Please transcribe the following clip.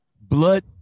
blood